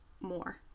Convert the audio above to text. more